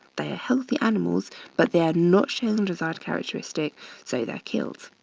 they are healthy animals but they are not showing desired characteristic so they're killed.